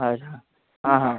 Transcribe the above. असं हां हां